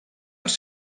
les